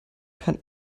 kann